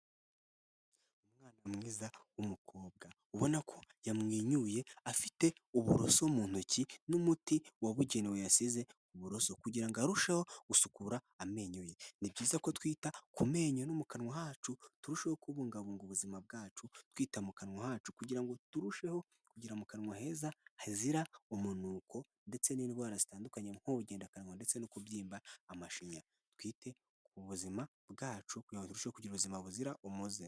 Umwana mwiza w'umukobwa, ubona ko yamwenyuye afite uburoso mu ntoki, n'umuti wabugenewe yasize uburoso, kugirango ngo arusheho gusukura amenyo ye, ni byiza ko twita ku menyo no mu kanwa hacu, turushaho kubungabunga ubuzima bwacu twita mu kanwa hacu, kugira ngo turusheho kugira mu kanwa heza hazira umunuko, ndetse n'indwara zitandukanye nk'ubugendakanwa, ndetse no kubyimba amashinya, twite ku buzima bwacu kugira ngo turusheho kugira ubuzima buzira umuze.